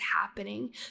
happening